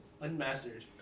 Unmastered